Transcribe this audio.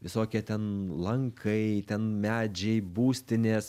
visokie ten lankai ten medžiai būstinės